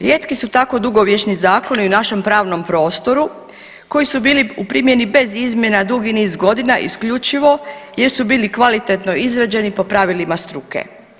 Rijetki su tako dugovječni zakoni u našem pravnom prostoru koji su bili u primjeni bez izmjena dugi niz godina isključivo jer su bili kvalitetno izrađeni po pravilima struke.